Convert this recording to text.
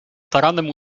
taranem